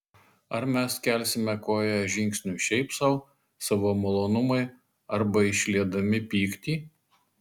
ar mes kelsime koją žingsniui šiaip sau savo malonumui arba išliedami pyktį